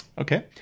Okay